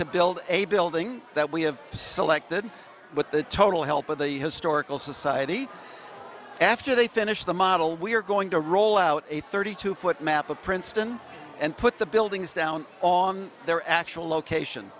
to build a building that we have selected with the total help of the historical society after they finish the model we're going to roll out a thirty two foot map of princeton and put the buildings down on their actual location